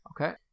Okay